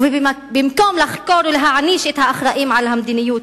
ובמקום לחקור ולהעניש את האחראים למדיניות